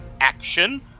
action